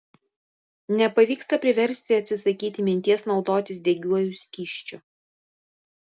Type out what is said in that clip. nepavyksta priversti atsisakyti minties naudotis degiuoju skysčiu